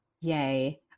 Yay